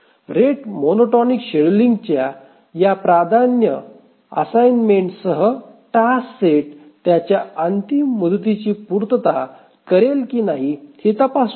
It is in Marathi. रेट मोनोटॉनिक शेड्यूलिंगच्या या प्राधान्य असाइनमेंटसह टास्क सेट त्याच्या अंतिम मुदतीची पूर्तता करेल की नाही हे तपासूया